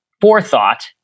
forethought